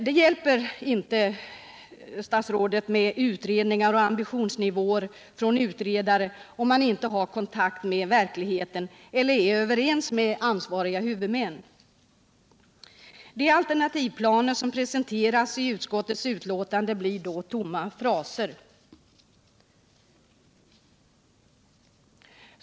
Det hjälper inte, statsrådet Troedsson, med utredningar och ambitionsnivåer hos utredare, om man inte har kontakt med verkligheten eller är överens med ansvariga huvudmän. De alternativplaner som presenteras i utskottets utlåtande blir då tomma fraser.